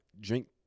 Drink